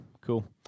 cool